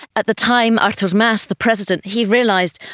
at the time, artur mas, the president, he realised,